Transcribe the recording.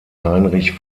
heinrich